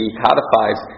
codifies